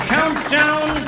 Countdown